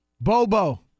Bobo